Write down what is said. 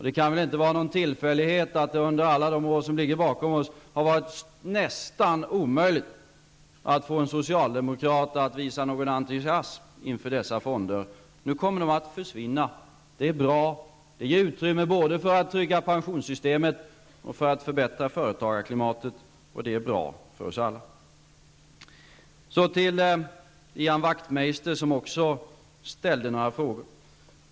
Det kan inte vara en tillfällighet att det under alla de år som ligger bakom oss har varit nästan omöjligt att få en socialdemokrat att visa någon entusiasm inför dessa fonder. De kommer nu att försvinna. Det är bra, och det ger utrymme för att både trygga pensionssystemet och förbättra företagarklimatet. Det är bra för oss alla. Ian Wachtmeister ställde också några frågor.